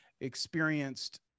experienced